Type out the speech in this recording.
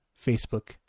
Facebook